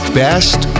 best